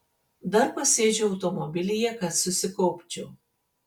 dar pasėdžiu automobilyje kad susikaupčiau